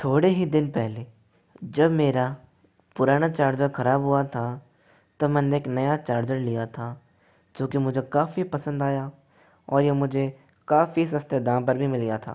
थोड़े ही दिन पहले जब मेरा पुराना चार्जर खराब हुआ था तब मैंने एक नया चार्जर लिया था क्योंकि मुझे काफ़ी पसंद आया और यह काफ़ी सस्ते दम पर भी मिल गया था